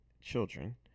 children